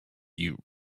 you